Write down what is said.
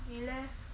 你 leh